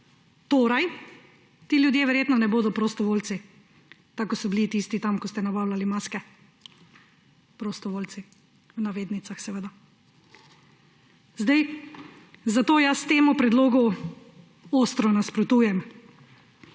Torej, ti ljudje verjetno ne bodo prostovoljci, tako kot so bili tisti tam, ko ste nabavljali maske ‒ prostovoljci v navednicah seveda. Zato jaz temu predlogu ostro nasprotujem.